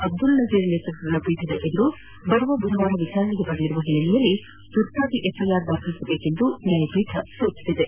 ಅಬ್ದುಲ್ನಜೀರ್ ನೇತ್ಪತ್ನದ ವಿಭಾಗೀಯ ಪೀಠದ ಮುಂದೆ ಬರುವ ಬುಧವಾರ ವಿಚಾರಣೆಗೆ ಬರಲಿರುವ ಹಿನ್ನೆಲೆಯಲ್ಲಿ ತುರ್ತಾಗಿ ಎಫ್ಐಆರ್ ದಾಖಲಿಸುವಂತೆ ನ್ಯಾಯಪೀಠ ಸೂಚಿಸಿದೆ